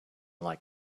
like